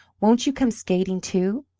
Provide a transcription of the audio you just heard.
won't you come skating, too?